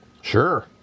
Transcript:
Sure